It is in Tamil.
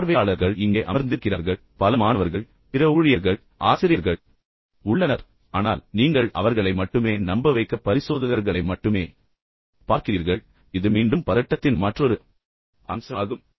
எனவே பார்வையாளர்கள் முற்றிலும் இங்கே அமர்ந்திருக்கிறார்கள் பல மாணவர்கள் மற்றும் பிற ஊழியர்கள் மற்ற ஆசிரியர்கள் உள்ளனர் ஆனால் நீங்கள் அவர்களை மட்டுமே நம்ப வைக்க வேண்டும் என்று நினைத்து பரிசோதகர்களை மட்டுமே பார்க்கிறீர்கள் இது மீண்டும் பதட்டத்தின் மற்றொரு அம்சமாகும்